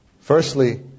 Firstly